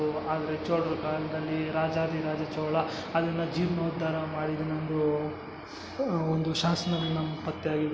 ಆದರೆ ಚೋಳರ ಕಾಲದಲ್ಲೀ ರಾಜಾಧಿರಾಜ ಚೋಳ ಅದನ್ನು ಜೀರ್ಣೋದ್ದಾರ ಮಾಡಿದನೆಂದೂ ಒಂದು ಶಾಸನ ನಮ್ಮ ಪತ್ತೆಯಾಗಿದೆ